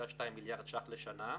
3.2 מיליארד ש"ח בשנה,